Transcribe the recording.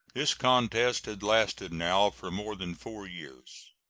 this contest has lasted now for more than four years.